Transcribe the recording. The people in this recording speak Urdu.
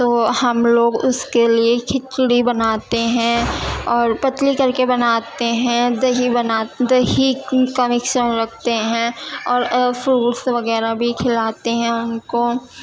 تو وہ ہم لوگ اس کے لیے کھچڑی بناتے ہیں اور پتلی کر کے بناتے ہیں دہی بناتے دہی کا مکسر رکھتے ہیں اور فروٹس وغیرہ بھی کھلاتے ہیں ان کو